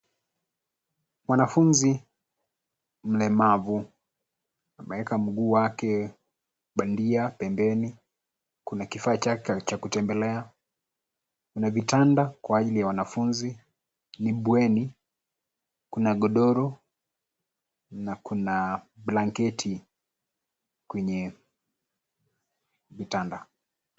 Mwanafunzi mlemavu ameeka mguu wake bandia pembeni. Kuna kifaa chake cha kutembelea. Kuna vitanda kwa ajili ya wanafunzi. Ni Bweni, kuna godoro na kuna blanketi kwenye vitanda.